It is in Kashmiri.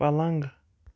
پلنٛگ